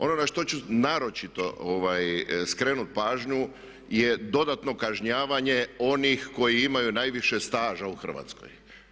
Ono na što ću naročito skrenuti pažnju je dodatno kažnjavanje onih koji imaju najviše staža u Hrvatskoj.